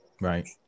right